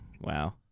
Wow